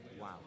Wow